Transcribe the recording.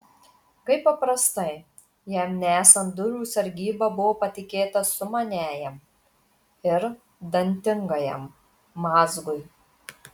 kaip paprastai jam nesant durų sargyba buvo patikėta sumaniajam ir dantingajam mazgui